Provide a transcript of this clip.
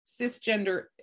cisgender